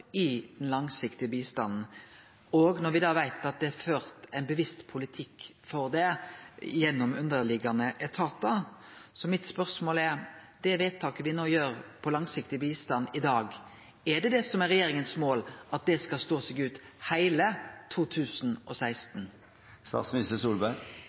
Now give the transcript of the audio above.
i den langsiktige bistanden, og me veit at det er ført ein bevisst politikk for dette gjennom underliggjande etatar. Så mitt spørsmål er: Det vedtaket me gjer i dag om langsiktig bistand, er det målet til regjeringa at det skal stå seg heile